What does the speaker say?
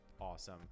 awesome